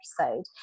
episode